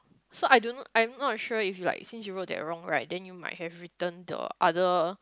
so I don't know I'm not sure if like since you wrote that wrong right then you might have written the other